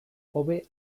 hobe